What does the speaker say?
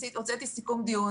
הוצאתי סיכום דיון.